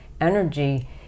energy